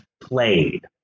played